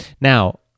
Now